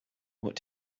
what